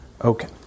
Okay